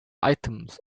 items